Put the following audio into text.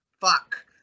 Fuck